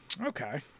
okay